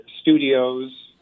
studios